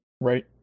Right